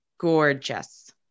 gorgeous